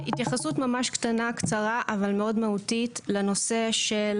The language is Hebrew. התייחסות ממש קצרה אבל מאוד מהותית לנושא של